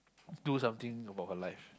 do something about her life